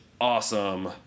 awesome